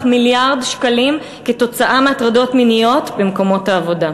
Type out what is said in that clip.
מיליארד שקלים כתוצאה מהטרדות מיניות במקומות העבודה.